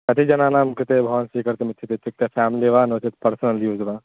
कति जनानां कृते भवान् स्वीकर्तुमिच्छति इत्युक्ते फ़ामलि वा नो चेत् पर्सनल् यूस् वा